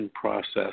process